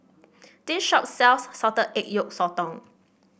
this shop sells Salted Egg Yolk Sotong